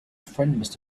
friend